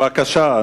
בבקשה.